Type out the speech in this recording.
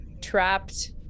trapped